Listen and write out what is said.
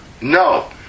No